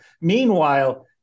Meanwhile